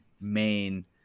main